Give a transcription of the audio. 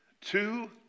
two